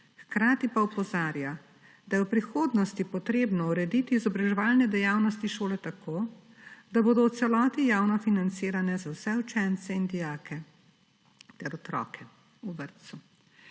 Hkrati pa opozarja, da je v prihodnosti potrebno urediti izobraževalne dejavnosti šole tako, da bodo v celoti javno financirane za vse učence in dijake ter otroke v vrtcu.